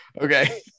Okay